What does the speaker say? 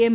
એમ